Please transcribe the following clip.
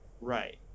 right